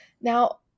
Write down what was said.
Now